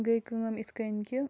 گٔے کٲم یِتھ کَنۍ کہِ